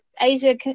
Asia